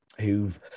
who've